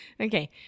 Okay